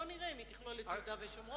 בוא נראה אם היא תכלול את יהודה ושומרון,